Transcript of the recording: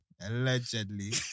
allegedly